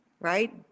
right